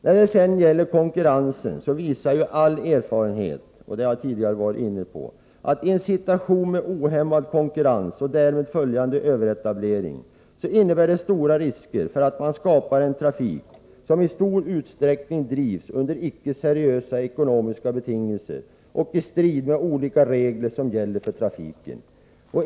När det sedan gäller konkurrensen visar ju all erfarenhet att — det har jag tidigare varit inne på — en situation med ohämmad konkurrens och därmed följande överetablering innebär stora risker för att man skapar en trafik som i stor utsträckning drivs under icke-seriösa ekonomiska betingelser och i strid mot olika regler som gäller för trafiken.